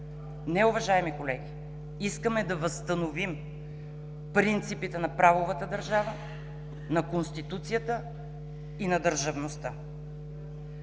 Не, уважаеми колеги, искаме да възстановим принципите на правовата държава, на Конституцията и на държавността.